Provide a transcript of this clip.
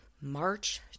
March